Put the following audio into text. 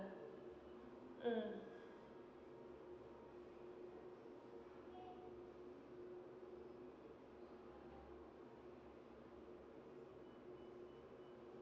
mm